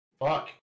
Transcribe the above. Fuck